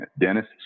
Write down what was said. Dennis